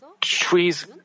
trees